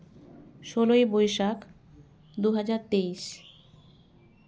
ᱥᱳᱞᱳᱭ ᱵᱳᱭᱥᱟᱹᱠ ᱫᱩ ᱦᱟᱡᱟᱨ ᱛᱮᱭᱤᱥ